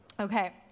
Okay